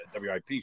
WIP